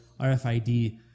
RFID